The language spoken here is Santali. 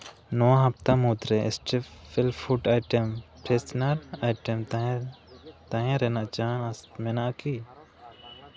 ᱱᱚᱣᱟ ᱦᱟᱯᱛᱟ ᱢᱩᱫᱨᱮ ᱥᱴᱮᱯᱮᱞ ᱯᱷᱩᱰ ᱟᱭᱴᱮᱢ ᱯᱷᱮᱥᱱᱟᱨ ᱟᱭᱴᱮᱢ ᱛᱟᱦᱮᱱ ᱛᱟᱦᱮᱸ ᱨᱟᱱᱟᱜ ᱪᱟᱱᱥ ᱢᱮᱱᱟᱜᱼᱟ ᱠᱤ